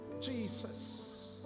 Jesus